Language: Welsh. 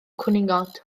cwningod